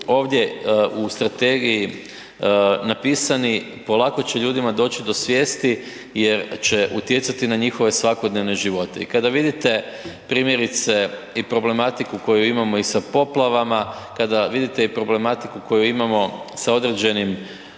ovdje u strategiji napisani polako će ljudima doći do svijesti jer će utjecati na njihove svakodnevne živote. I kada vidite primjerice i problematiku koju imamo i sa poplavama, kada vidite i problematiku koju imamo sa određenim